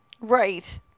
Right